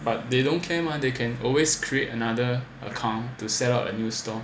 but they don't care mah they can always create another account to set up a new store